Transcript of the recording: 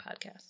podcast